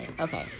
okay